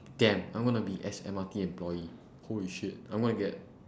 damn I'm going to be S_M_R_T employee holy shit I'm gona get